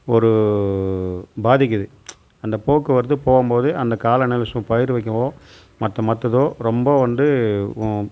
ஒரு பாதிக்குது அந்த போக்குவரத்து போகும் போது அந்த காலநிலை பயிறு வைக்கவோ மற்ற மற்ற இதோ ரொம்ப வந்து